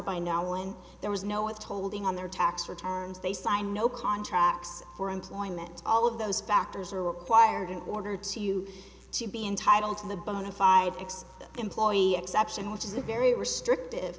by now when there was no withholding on their tax returns they sign no contracts for employment all of those factors are required in order to you to be entitled to the bona fide ex employee exception which is a very restrictive